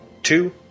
Two